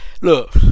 look